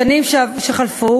בשנים שחלפו